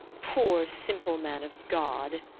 poor simple man of god!